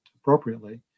appropriately